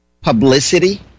Publicity